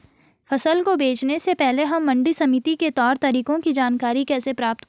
फसल को बेचने से पहले हम मंडी समिति के तौर तरीकों की जानकारी कैसे प्राप्त करें?